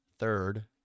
Third